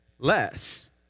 less